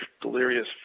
delirious